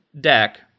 deck